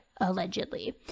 allegedly